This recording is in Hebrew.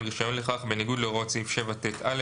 רישיון לכך בניגוד להוראות סעיף 7ט(א),